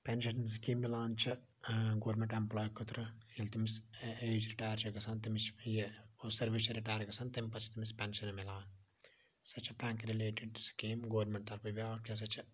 pension scheme مِلان چھِ government employee خٲطرٕ ییٚلہِ تٔمس رِٹایر چھ گَژھان تٔمِس یہِ سروِس رِٹایر چھِ گَژھان تمہِ پَتہٕ چھ تٔمِس پیٚنشَن مِلان سۄ چھِ بینٛک رِلیٹِڈ سکیٖم گورمنٹ طرفہ بیاکھ کیاہ سہَ چھِ